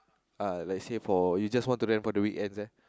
uh let's say for you just want to rent for the weekends eh